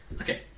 Okay